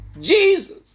Jesus